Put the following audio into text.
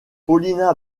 paulina